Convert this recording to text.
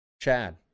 Chad